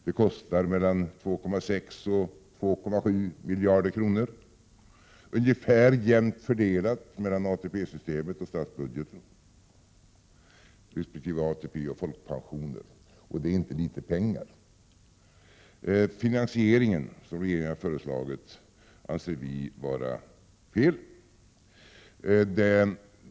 Det kostar mellan 2,6 och 2,7 miljarder kronor, ungefär jämnt fördelat mellan ATP-systemet och statsbudgeten resp. ATP-systemet och folkpensionerna, och det är inte litet pengar. Den finansiering som regeringen föreslagit anser vi emellertid vara felaktig.